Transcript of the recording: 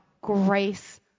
Grace